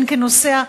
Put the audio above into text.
בין כנוסע,